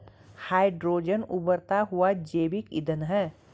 hydrogen उबरता हुआ जैविक ईंधन है